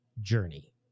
journey